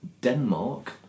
Denmark